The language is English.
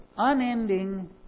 Unending